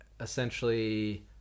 essentially